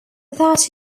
that